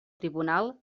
tribunal